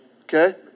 Okay